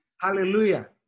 Hallelujah